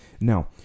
now